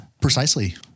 precisely